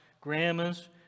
grandmas